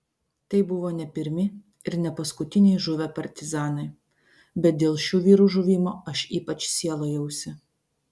tai buvo ne pirmi ir ne paskutiniai žuvę partizanai bet dėl šių vyrų žuvimo aš ypač sielojausi